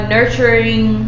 Nurturing